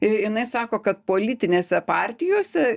ir jinai sako kad politinėse partijose